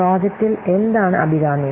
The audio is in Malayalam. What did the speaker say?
പ്രോജെക്ടിൽ എന്താണ് അഭികാമ്യം